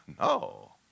no